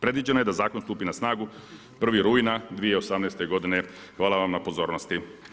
Predviđeno je da zakon stupi na snagu 1. rujna 2018. g. Hvala vam na pozornosti.